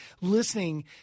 listening